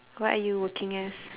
what are you working as